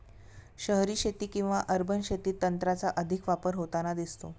शहरी शेती किंवा अर्बन शेतीत तंत्राचा अधिक वापर होताना दिसतो